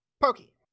Pokey